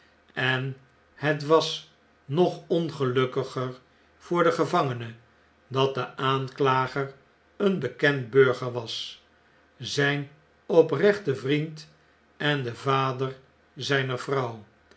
en het was nog ongelukkiger voor den gevapgene dat de aanklager een bekend burger was zfln oprechte vriend en de vader zijner vrouw